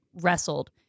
wrestled